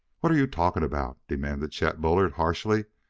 what are you talking about? demanded chet bullard harshly.